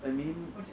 I mean